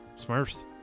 Smurfs